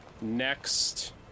next